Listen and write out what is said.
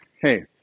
Hey